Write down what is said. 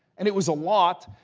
and it was a lot.